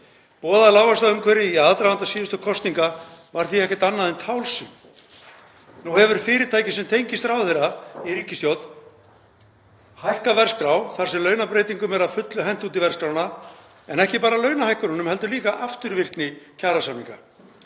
Boðað lágvaxtaumhverfi í aðdraganda síðustu kosninga var því ekkert annað en tálsýn. Nú hefur fyrirtæki sem tengist ráðherra í ríkisstjórn hækkað verðskrá þar sem launabreytingum er að fullu hent út í verðskrána, en ekki bara launahækkununum heldur líka afturvirkni kjarasamninga.